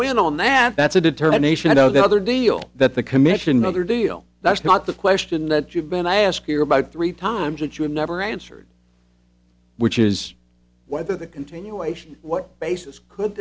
weigh in on that that's a determination i know that other deal that the commission another deal that's not the question that you've been i ask you about three times that you have never answered which is whether the continuation what basis could